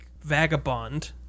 vagabond